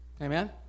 Amen